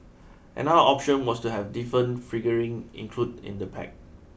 another option was to have a different figurine included in the pack